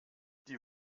die